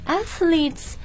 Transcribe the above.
athletes